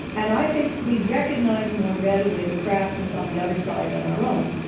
and i think we recognize more readily the crassness on the other side than our own.